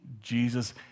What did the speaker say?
Jesus